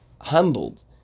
humbled